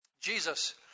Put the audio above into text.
Jesus